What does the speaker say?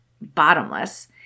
bottomless